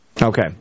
Okay